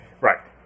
Right